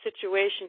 situation